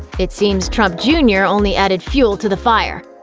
it seems trump jr. only added fuel to the fire.